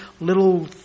little